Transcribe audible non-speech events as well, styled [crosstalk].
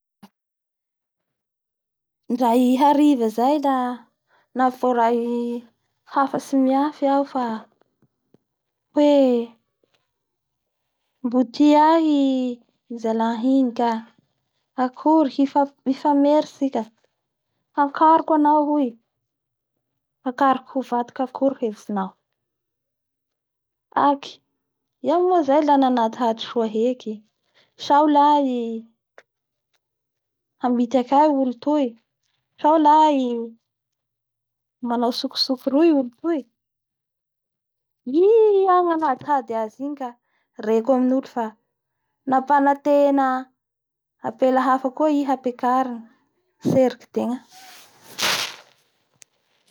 Lafa misy zany ny olo Mpitsikilo io da indraiky andro amizay i nahazo taratasy tamin'ny olo tsy hainy [noise] la tebiteby moa ngazy tebiteby satria mandraho azy i taratasy io hanajanao ny fitsikoova fiegnan'olo ataony.